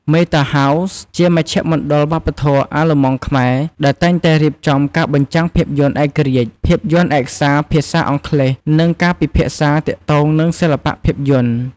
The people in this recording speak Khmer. មេតា ហោស៍ (Meta House) ជាមជ្ឈមណ្ឌលវប្បធម៌អាល្លឺម៉ង់-ខ្មែរ ដែលតែងតែរៀបចំការបញ្ចាំងភាពយន្តឯករាជ្យ ភាពយន្តឯកសារភាសាអង់គ្លេស និងការពិភាក្សាទាក់ទងនឹងសិល្បៈភាពយន្ត។